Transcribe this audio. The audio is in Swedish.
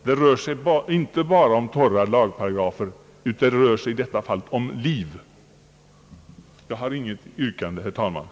Det rör sig inte bara om torra lagparagrafer, det gäller liv. På grund av resa till Israel under tiden den 19 februari—den 5 mars hemställer jag härmed om ledighet från riksdagsarbetet under nämnda tid.